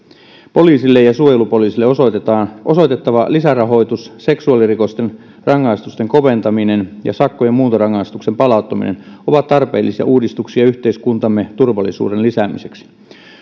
poliisille ja suojelupoliisille osoitettava lisärahoitus seksuaalirikosten rangaistusten koventaminen ja sakkojen muuntorangaistuksen palauttaminen ovat tarpeellisia uudistuksia yhteiskuntamme turvallisuuden lisäämiseksi